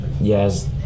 yes